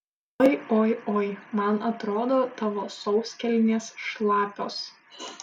oi oi oi man atrodo tavo sauskelnės šlapios